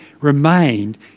remained